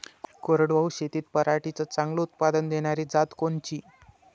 कोरडवाहू शेतीत पराटीचं चांगलं उत्पादन देनारी जात कोनची?